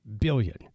billion